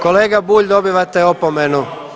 Kolega Bulj dobivate opomenu.